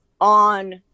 on